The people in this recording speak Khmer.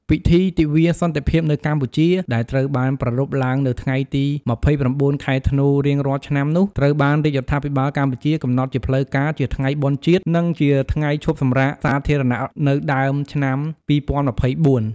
ពិធីទិវាសន្តិភាពនៅកម្ពុជា ដែលត្រូវបានប្រារព្ធឡើងនៅថ្ងៃទី ២៩ ខែធ្នូ រៀងរាល់ឆ្នាំនោះ ត្រូវបានរាជរដ្ឋាភិបាលកម្ពុជាកំណត់ជាផ្លូវការជាថ្ងៃបុណ្យជាតិ និងជាថ្ងៃឈប់សម្រាកសាធារណៈនៅដើមឆ្នាំ ២០២៤។